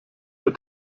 der